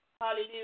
Hallelujah